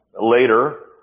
later